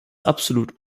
absolut